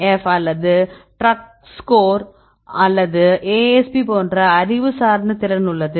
F அல்லது ட்ரக்ஸ்கோர் அல்லது asp போன்ற அறிவு சார்ந்த திறன் உள்ளது